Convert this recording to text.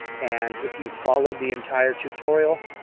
and if you followed the entire tutorial,